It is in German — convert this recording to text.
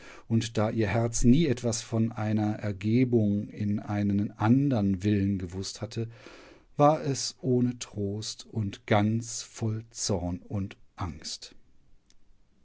und da ihr herz nie etwas von einer ergebung in einen andern willen gewußt hatte war es ohne trost und ganz voll zorn und angst